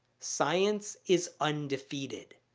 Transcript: science is undefeated.